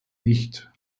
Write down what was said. nicht